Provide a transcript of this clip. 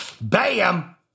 Bam